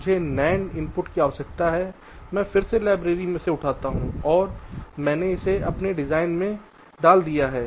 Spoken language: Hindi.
मुझे NAND इनपुट की आवश्यकता है मैं फिर से इसे लाइब्रेरी से उठाता हूं और मैंने इसे अपने डिजाइन में डाल दिया है